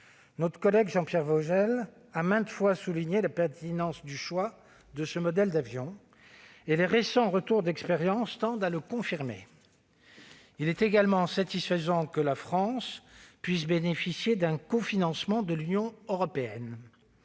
prochain. Jean-Pierre Vogel a maintes fois souligné combien le choix de ce modèle d'avion était pertinent : les récents retours d'expériences tendent à le confirmer. Il est également satisfaisant que la France puisse bénéficier d'un cofinancement de l'Union européenne